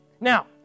Now